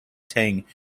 tang